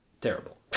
terrible